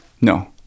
No